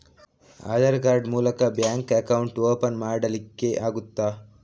Aadhaar card ಮೂಲಕ bank account open ಮಾಡಲಿಕ್ಕೆ ಆಗುತಾ?